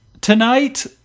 tonight